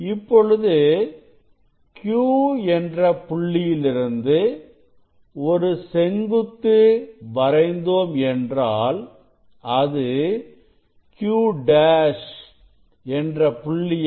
இப்பொழுது Q என்ற புள்ளியிலிருந்து ஒரு செங்குத்து வரைந்தோம் என்றால் அது Q' என்ற புள்ளியை